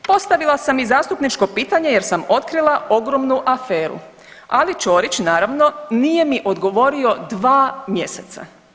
Postavila sam i zastupničko pitanje jer sam otkrila ogromnu aferu, ali Ćorić naravno nije mi odgovorio dva mjeseca.